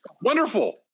Wonderful